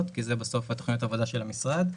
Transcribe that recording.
כי זה בסוף תוכניות העבודה של המשרד.